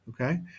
okay